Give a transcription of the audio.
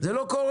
זה לא קורה.